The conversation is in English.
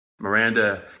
Miranda